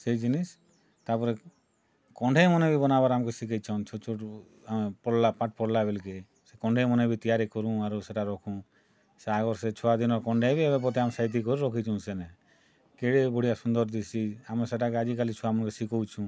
ସେଇ ଜିନିଷ୍ ତା'ର୍ ପରେ କଣ୍ଢେଇ ମନେ ଭି ବନାବାର ଆମକେ ଶିଖାଇଛନ୍ ଛୋଟ୍ ଛୋଟ୍ ଆମେ ପଢ଼ଲା ପାଠ୍ ପଢ଼ଲା ବେଲ୍କେ ସେ କଣ୍ଢେଇ ମାନେ ଭି ତିଆରି କରୁଁ ଆର୍ ସେଇଟା ରଖୁଁ ସେ ଆଗର୍ ସେ ଛୁଆ ଦିନର୍ କଣ୍ଢେଇ ଭି ଏବେ ବୋଧେ ଆମେ ସାଇତି କରି ରଖିଛୁଁ ସେନେ କେଡ଼େ ବଢ଼ିଆ ସୁନ୍ଦର ଦିଶସି ଆମର୍ ସେଟାକେ ଆଜିକାଲି ଛୁଆ ମନକେ ଶିଖଉଛୁଁ